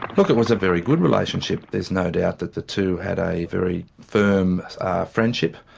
look, it was a very good relationship, there's no doubt that the two had a very firm friendship,